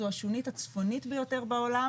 זו השונית הצפונית ביותר בעולם